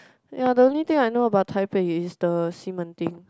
ya the only thing I know about Taipei is the 西门町:Xi Men Ding